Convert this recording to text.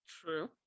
True